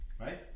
right